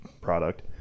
product